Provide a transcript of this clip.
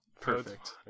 Perfect